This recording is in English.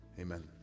Amen